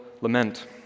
lament